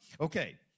Okay